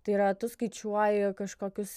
tai yra tu skaičiuoji kažkokius